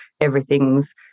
everything's